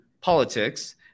politics